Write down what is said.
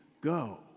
go